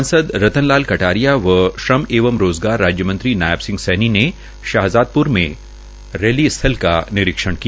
सांसद रतन लाल कटारिया व श्रमएवं रोज़गार राज्य मंत्री नायब सिंह सैनी ने शाहज़ादप्र में रैली स्थल का निरीक्षण किया